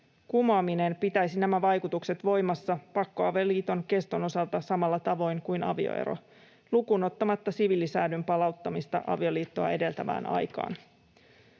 kumoaminen pitäisi nämä vaikutukset voimassa pakkoavioliiton keston osalta samalla tavoin kuin avioero lukuun ottamatta siviilisäädyn palauttamista avioliittoa edeltävään aikaan.